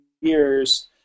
years